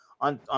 on